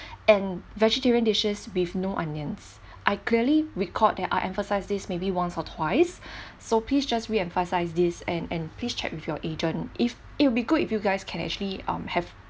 and vegetarian dishes with no onions I clearly record that I emphasized this maybe once or twice so please just reemphasise these and and please check with your agent if it will be good if you guys can actually um have